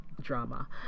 drama